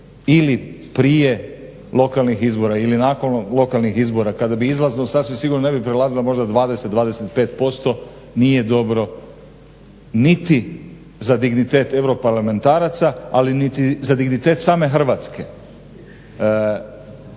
ili prije lokalnih izbora ili nakon lokalnih izbora kada bi izlaznost sasvim sigurno ne bi prelazila možda 20, 25% nije dobro niti za dignitete Euro parlamentaraca ali niti za dignitet same Hrvatske.